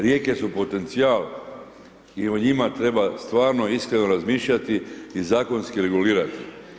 Rijeke su potencijal i o njima treba stvarno iskreno razmišljati i zakonski regulirati.